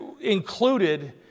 included